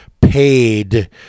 paid